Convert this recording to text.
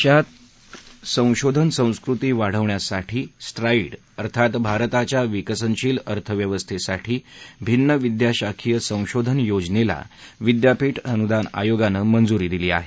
देशात संशोधन संस्कृती वाढवण्यासाठी स्ट्राईड अर्थात भारताच्या विकसनशील अर्थव्यवस्थेसाठी भिन्न विद्याशाखीय संशोधन योजनेला विद्यापीठ अनुदान आयोगानं मंजुरी दिली आहे